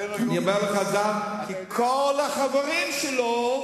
כי כל החברים שלו,